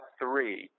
three